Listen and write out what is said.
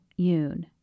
Yoon